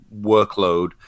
workload